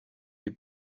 est